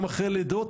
גם אחרי לידות,